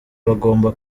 bagomba